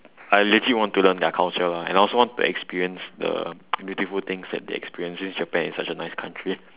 I legit want to learn their culture lah and also want to experience the beautiful things that they experience since Japan is such a nice country